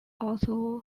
also